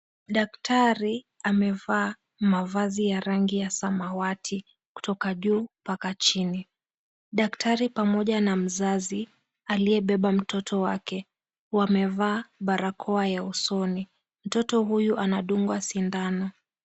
Daktari amevaa mavazi ya rangi ya samawati kutoka juu mpaka chini. Daktari pamoja na mzazi aliyebeba mtoto wake wamevaa barakoa ya usoni. Mtoto huyu anadungwa sindano.